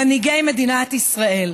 מנהיגי מדינת ישראל.